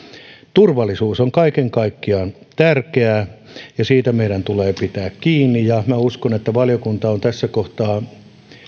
turvallisuus on kaiken kaikkiaan tärkeää ja siitä meidän tulee pitää kiinni ja uskon että valiokunta on tässä kohtaa